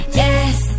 yes